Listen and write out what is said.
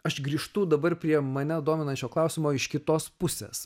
aš grįžtu dabar prie mane dominančio klausimo iš kitos pusės